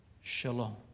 Shalom